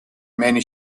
many